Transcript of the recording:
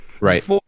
Right